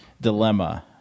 dilemma